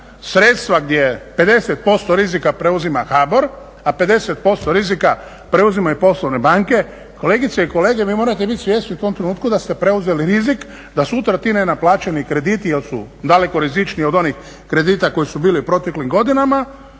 sredstva gdje 50% rizika preuzima HBOR, a 50% rizika preuzimaju poslovne banke, kolegice i kolege vi morate biti svjesni u tom trenutku da ste preuzeli rizik da sutra ti nenaplaćeni krediti jer su daleko rizičniji od onih kredita koji su bili u proteklim godinama,